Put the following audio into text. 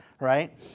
right